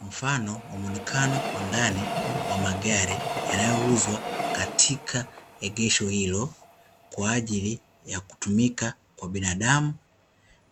Mfano wa muonekano wa ndani wa magari yanayouzwa katika egesho hilo kwajili ya kutumika kwa binadamu,